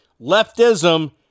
Leftism